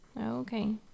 Okay